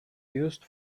used